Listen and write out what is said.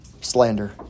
slander